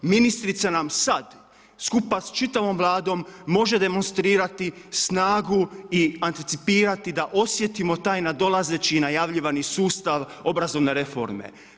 Ministrica nam sad, skupa s čitavom Vladom može demonstrirati snagu i anticipirati da osjetimo taj nadolazeći i najavljeni sustav obrazovne reforme.